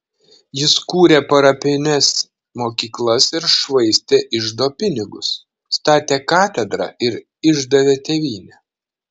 jis kūrė parapines mokyklas ir švaistė iždo pinigus statė katedrą ir išdavė tėvynę